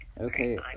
Okay